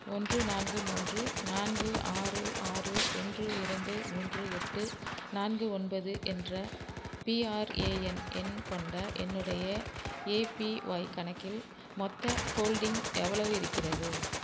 ஒன்று நான்கு மூன்று நான்கு ஆறு ஆறு ஒன்று இரண்டு மூன்று எட்டு நான்கு ஒன்பது என்ற பிஆர்ஏஎன் எண் கொண்ட என்னுடைய ஏபிஒய் கணக்கில் மொத்த ஹோல்டிங் எவ்வளவு இருக்கிறது